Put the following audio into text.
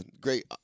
great